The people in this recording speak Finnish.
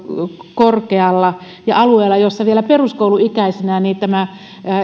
korkealla ja alueella jossa vielä peruskouluikäisenä tämä